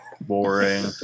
boring